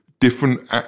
different